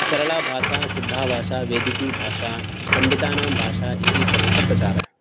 सरला भाषा शुद्धा भाषा वैदिकी भाषा पण्डितानां भाषा इति सर्वत्र प्रचारः